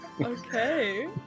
okay